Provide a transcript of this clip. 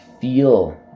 feel